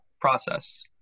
process